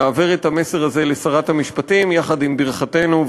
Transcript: העבר את המסר הזה לשרת המשפטים יחד עם ברכתנו.